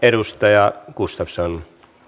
arvoisa puhemies